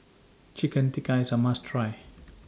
Chicken Tikka IS A must Try